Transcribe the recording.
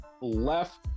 left